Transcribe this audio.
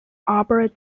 arbor